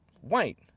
white